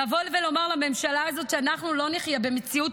לבוא ולומר לממשלה הזאת שאנחנו לא נחיה במציאות